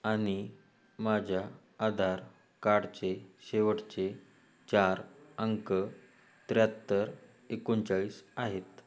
आणि माझ्या आधार कार्डचे शेवटचे चार अंक त्र्याहत्तर एकोणचाळीस आहेत